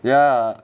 ya